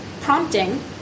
prompting